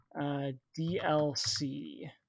DLC